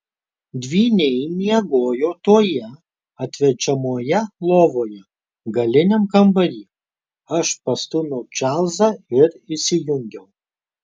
dvyniai miegojo toje atverčiamoje lovoje galiniam kambary aš pastūmiau čarlzą ir išsijungiau